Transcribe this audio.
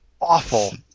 Awful